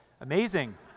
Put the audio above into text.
Amazing